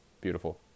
beautiful